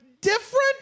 different